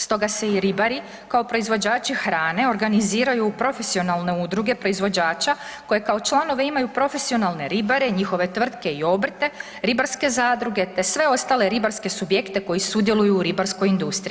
Stoga se i ribari kao proizvođači hrane organiziraju u profesionalne udruge proizvođača koje kao članove imaju profesionalne ribare i njihove tvrtke i obrte, ribarske zadruge te sve ostale ribarske subjekte koji sudjeluju u ribarskoj industriji.